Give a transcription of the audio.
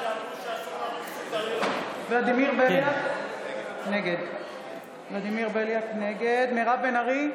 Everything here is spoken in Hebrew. ולדימיר בליאק, נגד מירב בן ארי,